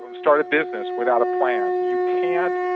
and start a business without a plan. you can't